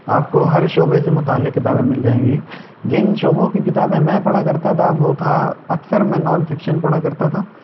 آپ کو ہر شعبے سے متعلق کتابیں مل جائیں گی جن شعبوں کی کتابیں میں پڑھا کرتا تھا وہ تھا اکثر میں نان فکشن پڑھا کرتا تھا